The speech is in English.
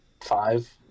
five